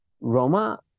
Roma